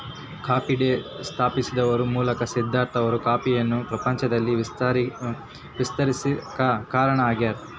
coffee day ಸ್ಥಾಪಿಸುವದರ ಮೂಲಕ ಸಿದ್ದಾರ್ಥ ಅವರು ಕಾಫಿಯನ್ನು ಪ್ರಪಂಚದಲ್ಲಿ ವಿಸ್ತರಿಸಾಕ ಕಾರಣ ಆಗ್ಯಾರ